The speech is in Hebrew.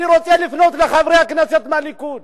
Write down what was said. אני רוצה לפנות אל חברי הכנסת מהליכוד.